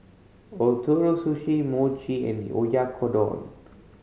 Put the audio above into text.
Ootoro Sushi Mochi and Oyakodon